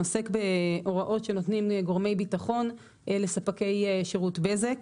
עוסק בהוראות שנותנים גורמי ביטחון לספקי שירות בזק.